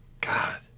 God